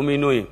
לא מינויים,